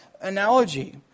analogy